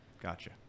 Gotcha